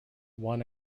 one